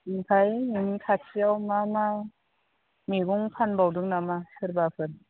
ओमफ्राय नोंनि खाथियाव मा मा मैगं फानबावदों नामा सोरबाफोर